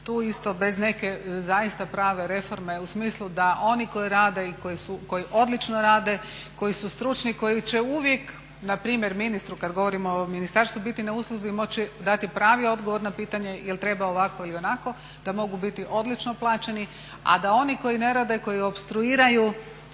tu isto bez neka zaista prave reforme u smislu da oni koji rade, i koji odlično rade, koji su stručni, koji će uvijek npr. ministru, kad govorimo o ministarstvu biti na usluzi i moći dati pravi odgovor na pitanje jel treba ovako ili onako, da mogu biti odlično plaćeni, a da oni koji ne rade, koji opstruiraju